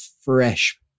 fresh